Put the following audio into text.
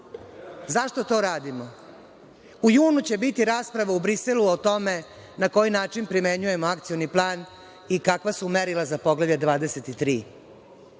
Zašto to radimo?U junu će biti rasprava u Briselu o tome na koji način primenjujemo Akcioni plan i kakva su merila za Poglavlje 23.